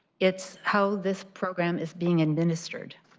it's how this program is being administered.